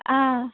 ആ